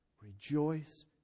Rejoice